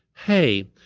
hey,